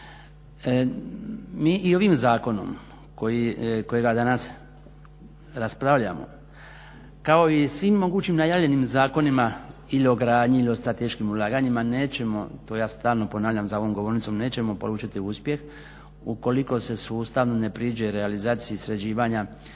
Mi i ovim zakonom kojega danas raspravljamo kao i svim mogućim najavljenim zakonima ili o gradnji ili o strateškim ulaganjima nećemo, to ja stalno ponavljam za ovom govornicom, nećemo polučiti uspjeh ukoliko se sustavno ne priđe realizaciji sređivanja